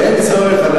אין צורך.